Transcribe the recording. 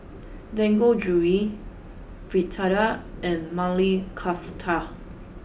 Dangojiru Fritada and Maili Kofta